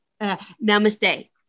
Namaste